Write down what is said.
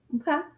Okay